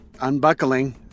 Unbuckling